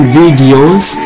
videos